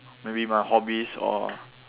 maybe my hobbies or